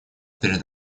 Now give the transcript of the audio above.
перед